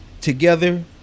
together